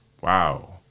Wow